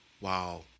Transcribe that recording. Wow